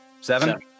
Seven